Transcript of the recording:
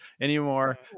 anymore